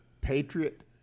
Patriot